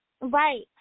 Right